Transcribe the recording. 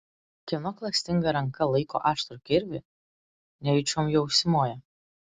kieno klastinga ranka laiko aštrų kirvį nejučiom juo užsimoja